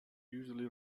usually